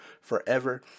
forever